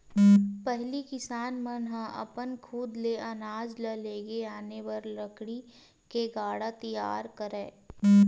पहिली किसान मन ह अपन खुद ले अनाज ल लेगे लाने बर लकड़ी ले गाड़ा तियार करय